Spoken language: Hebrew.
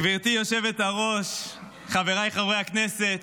גברתי היושבת-ראש, חבריי חברי הכנסת,